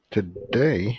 Today